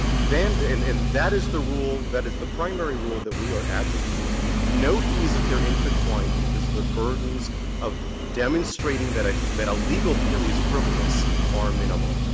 and and that is the rule that is the primary rule that we are advocating no fees if they're intertwined, because the burdens of demonstrating that ah but a legal theory is frivolous are minimal.